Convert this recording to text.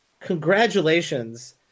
congratulations